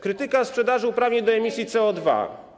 Krytyka sprzedaży uprawnień do emisji CO2.